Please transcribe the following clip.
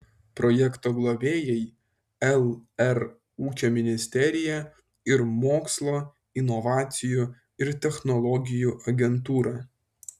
projekto globėjai lr ūkio ministerija ir mokslo inovacijų ir technologijų agentūra